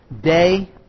Day